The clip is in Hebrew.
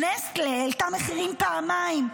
נסטלה העלתה מחירים פעמיים,